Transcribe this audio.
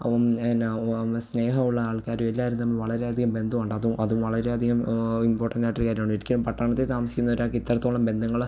എന്നാ സ്നേഹം ഉള്ള ആൾക്കാരും എല്ലാവരും തമ്മിൽ വളരെ അധികം ബന്ധം ഉണ്ട് അതും അത് വളരെ അധികം ഇമ്പോർട്ടൻറ് ആയിട്ടൊരു കാര്യമാണ് ഒരിക്കലും പട്ടണത്തിൽ താമസിക്കുന്ന ഒരാൾക്ക് ഇത്രത്തോളം ബന്ധങ്ങൾ